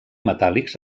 metàl·lics